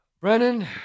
Brennan